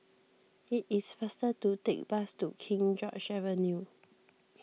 it is faster to take bus to King George's Avenue